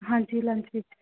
ਹਾਂਜੀ ਲੰਚ ਵਿੱਚ